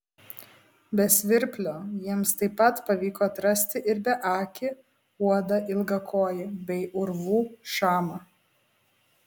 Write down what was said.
be svirplio jiems taip pat pavyko atrasti ir beakį uodą ilgakojį bei urvų šamą